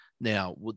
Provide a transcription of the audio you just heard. Now